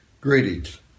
Greetings